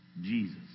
Jesus